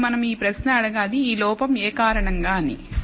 ఇప్పుడు మనం ఈ ప్రశ్న అడగాలి ఈ లోపం ఏ కారణంగా అని